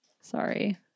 sorry